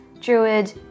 Druid